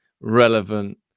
relevant